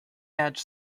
edge